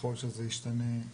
ככל שזה ישתנה,